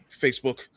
facebook